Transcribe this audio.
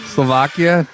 Slovakia